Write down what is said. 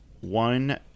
one